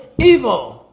evil